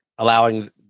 allowing